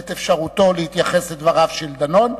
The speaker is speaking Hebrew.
את אפשרותו להתייחס לדבריו של דנון.